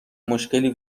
مشکلی